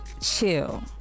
Chill